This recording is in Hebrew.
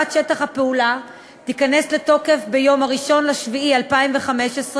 החל מיום 1 ביולי 2015,